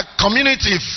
community